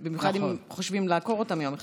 בעיקר אם חושבים לעקור אותם יום אחד.